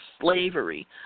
slavery